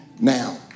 Now